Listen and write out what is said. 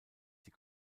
die